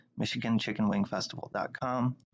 MichiganChickenWingFestival.com